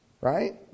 Right